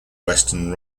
western